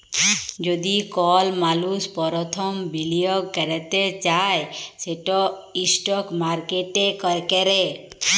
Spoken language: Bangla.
যদি কল মালুস পরথম বিলিয়গ ক্যরতে চায় সেট ইস্টক মার্কেটে ক্যরে